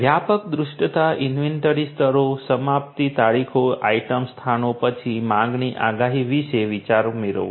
વ્યાપક દૃશ્યતા ઇન્વેન્ટરી સ્તરો સમાપ્તિ તારીખો આઇટમ સ્થાનો પછી માંગની આગાહી વિશે વિચાર મેળવવો